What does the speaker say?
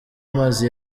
amazi